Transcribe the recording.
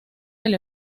del